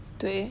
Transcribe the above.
对